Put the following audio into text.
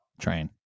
train